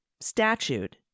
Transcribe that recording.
statute